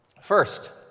First